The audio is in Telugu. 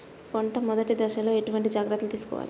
పంట మెదటి దశలో ఎటువంటి జాగ్రత్తలు తీసుకోవాలి?